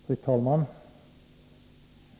Fru talman!